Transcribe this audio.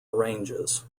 ranges